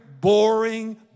boring